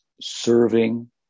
serving